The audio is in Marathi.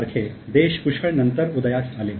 सारखे देश पुष्कळ नंतर उदयास आले